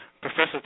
Professor